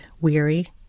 weary